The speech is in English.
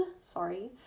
sorry